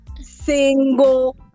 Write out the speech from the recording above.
single